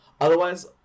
Otherwise